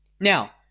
Now